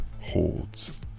holds